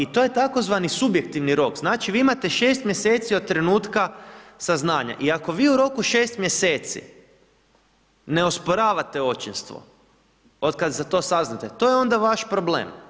I to je tzv. subjektivni rok, znači vi imate 6 mjeseci od trenutka saznanja i ako vi u roku 6 mjeseci ne osporavate očinstvo, od kad za to saznate, to je onda vaš problem.